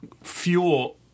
fuel